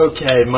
Okay